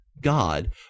God